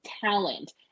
talent